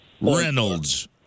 Reynolds